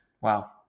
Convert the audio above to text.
Wow